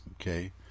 Okay